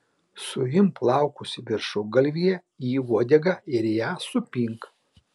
suimk plaukus viršugalvyje į uodegą ir ją supink